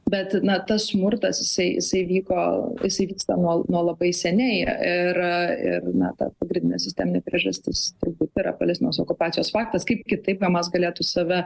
bet na tas smurtas jisai jisai vyko jisai vyksta nuo nuo labai seniai ir ir na ta pagrindinė sisteminė priežastis turbūt yra palestinos okupacijos faktas kaip kitaip hamas galėtų save